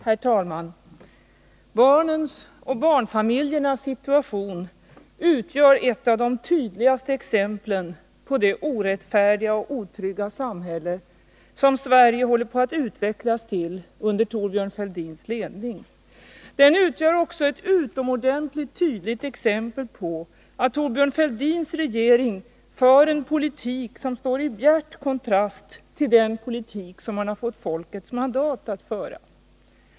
Herr talman! Barnens och barnfamiljernas situation utgör ett av de tydligaste exemplen på det orättfärdiga och otrygga samhälle som Sverige håller på att utvecklas till under Thorbjörn Fälldins ledning. Den utgör också ett utomordentligt tydligt exempel på att Thorbjörn Fälldins regering för en politik som står i bjärt kontrast till den politik man fått folkets mandat att föra.